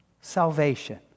Salvation